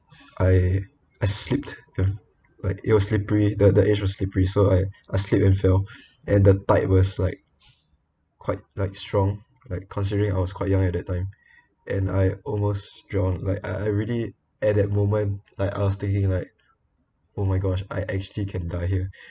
I I slipped like like it was slippery the the edge was slippery so I I slipped myself and the tide was like quite like strong like considering I was quite young at that time and I almost drowned like I I really at that moment like utterly like oh my gosh I actually can die here